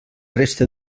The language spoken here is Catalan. resta